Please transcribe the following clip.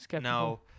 No